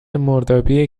مردابی